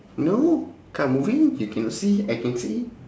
no car moving you cannot see I can see